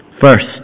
First